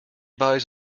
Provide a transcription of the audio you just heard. buys